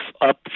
up